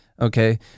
Okay